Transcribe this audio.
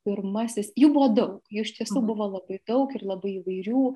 pirmasis jų buvo daug jų iš tiesų buvo labai daug ir labai įvairių